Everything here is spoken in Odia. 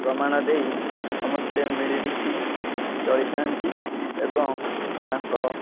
ପ୍ରମାଣ ଦେଇ ସମସ୍ତେ ମିଳିମିଶି ଚଳିଥାନ୍ତି ଏବଂ ତାଙ୍କ